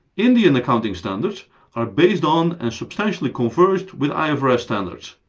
indian accounting standards are based on and substantially converged with ifrs standards.